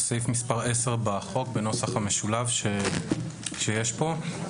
זהו סעיף מספר עשר בחוק, בנוסח המשולב שיש פה.